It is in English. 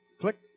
Click